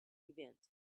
event